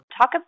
Talk